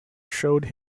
showed